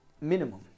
minimum